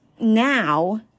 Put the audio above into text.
now